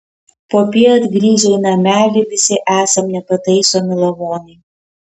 popiet grįžę į namelį visi esam nepataisomi lavonai